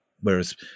whereas